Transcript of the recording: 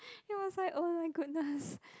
it was like !oh my goodness!